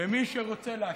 ומי שרוצה להשתיק,